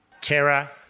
Terra